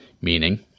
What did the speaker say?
meaning